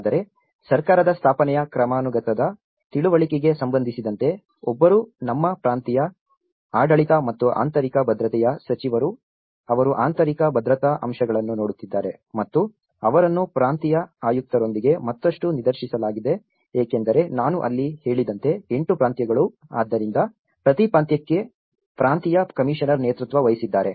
ಆದರೆ ಸರ್ಕಾರದ ಸ್ಥಾಪನೆಯ ಕ್ರಮಾನುಗತದ ತಿಳುವಳಿಕೆಗೆ ಸಂಬಂಧಿಸಿದಂತೆ ಒಬ್ಬರು ನಮ್ಮ ಪ್ರಾಂತೀಯ ಆಡಳಿತ ಮತ್ತು ಆಂತರಿಕ ಭದ್ರತೆಯ ಸಚಿವರು ಅವರು ಆಂತರಿಕ ಭದ್ರತಾ ಅಂಶಗಳನ್ನು ನೋಡುತ್ತಿದ್ದಾರೆ ಮತ್ತು ಅವರನ್ನು ಪ್ರಾಂತೀಯ ಆಯುಕ್ತರೊಂದಿಗೆ ಮತ್ತಷ್ಟು ನಿರ್ದೇಶಿಸಲಾಗಿದೆ ಏಕೆಂದರೆ ನಾನು ಅಲ್ಲಿ ಹೇಳಿದಂತೆ 8 ಪ್ರಾಂತ್ಯಗಳು ಆದ್ದರಿಂದ ಪ್ರತಿ ಪ್ರಾಂತ್ಯಕ್ಕೆ ಪ್ರಾಂತೀಯ ಕಮಿಷನರ್ ನೇತೃತ್ವ ವಹಿಸಿದ್ದಾರೆ